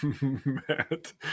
Matt